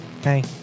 Hey